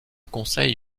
conseil